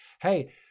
hey